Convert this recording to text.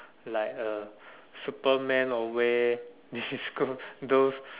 like uh superman will wear those